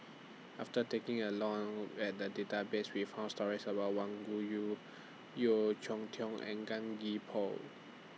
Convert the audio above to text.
after taking A Long At The Database We found stories about Wang Yeo Cheow Tong and Gan Gee Paw